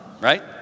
right